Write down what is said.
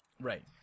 Right